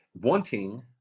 wanting